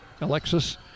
Alexis